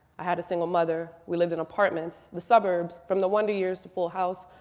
i had a single mother. we lived in apartments, the suburbs, from the wonder years to full house,